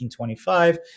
1925